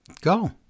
go